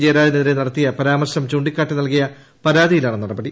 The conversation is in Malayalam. ജയരാജനെതിരെ നടത്തിയ പരാമർശ്ം ചൂണ്ടിക്കാട്ടി നൽകിയ പരാതിയിലാണ് നടപടി